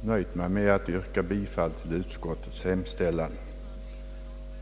och nöja mig med att yrka bifall till utskottets hemställan.